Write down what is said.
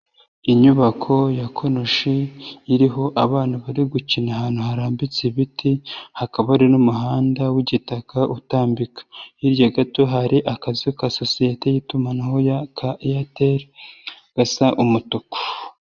Inyubako ya konoshi iriho abana bari gukina ahantu harambitse ibiti, hakaba hari n'umuhanda w'igitaka utambika. Hirya gato hari akazu ka sosiyete y'itumanaho Airtel gasa umutuku.